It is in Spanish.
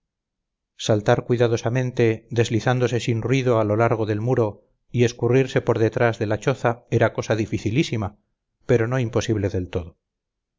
saltar cuidadosamente deslizándose sin ruido a lo largo del muro y escurrirse por detrás de la choza era cosa dificilísima pero no imposible del todo